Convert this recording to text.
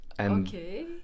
Okay